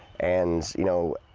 and, you know,